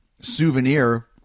souvenir